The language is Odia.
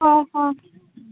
ହଁ ହଁ